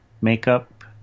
makeup